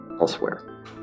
elsewhere